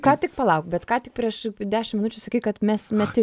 ką tik palauk bet ką tik prieš dešim minučių sakei kad mes mesti